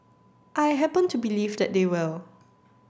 I happen to believe that they will